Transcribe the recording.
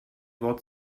wort